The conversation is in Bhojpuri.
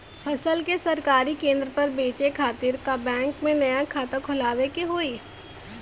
फसल के सरकारी केंद्र पर बेचय खातिर का बैंक में नया खाता खोलवावे के होई?